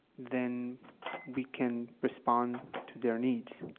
then we can respond to their needs. ah,